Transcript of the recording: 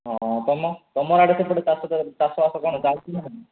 ହଁ ତୁମ ତୁମର ଆଡ଼େ ତ ଫେରେ ଚାଷ ଚାଷବାସ କାମ ଚାଲଛି ନା ନାହିଁ